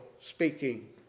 speaking